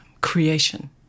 creation